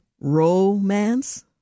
romance